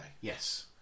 Yes